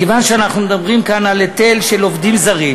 מכיוון שאנחנו מדברים כאן על היטל של עובדים זרים,